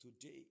today